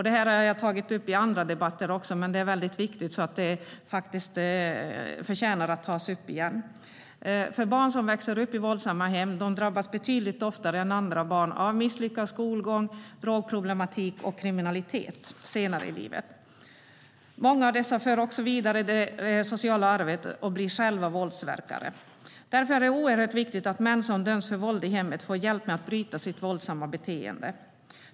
Detta har jag tagit upp också i andra debatter, men det är så viktigt att det förtjänar att tas upp igen. Barn som växer upp i våldsamma hem drabbas betydligt oftare än andra barn av misslyckad skolgång, drogmissbruk och kriminalitet senare i livet. Många av dessa för också vidare det sociala arvet och blir själva våldsverkare. Därför är det oerhört viktigt att män som döms för våld i hemmet får hjälp med att bryta sitt våldsamma beteende.